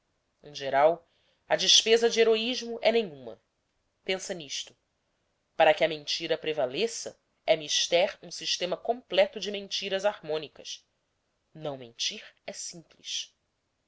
em geral a despesa de heroísmo é nenhuma pensa nisto para que a mentira prevaleça é mister um sistema completo de mentiras harmônicas não mentir é simples